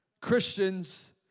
Christians